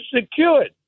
secured